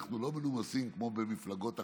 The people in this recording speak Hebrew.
אנחנו לא מנומסים כמו במפלגות אחרות.